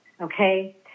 okay